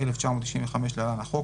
התשנ"ה-1995 (להלן החוק),